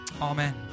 Amen